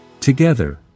Together